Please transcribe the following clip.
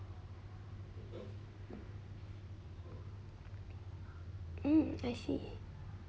hmm I see